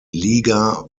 liga